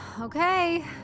Okay